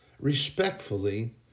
respectfully